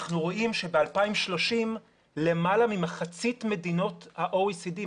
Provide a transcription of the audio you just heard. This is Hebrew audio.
אנחנו רואים שב-2030 למעלה ממחצית מדינות ה-OECD,